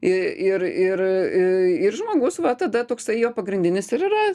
i ir ir ir žmogus va tada toksai jo pagrindinis ir yra